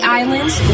islands